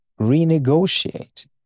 renegotiate